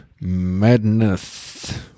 Madness